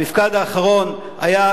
המפקד האחרון היה,